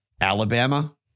Alabama